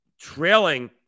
trailing